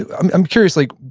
i'm i'm curious, like,